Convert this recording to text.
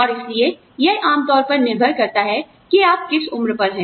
और इसलिए यह आमतौर पर निर्भर करता है कि आप किस उम्र पर हैं